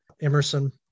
Emerson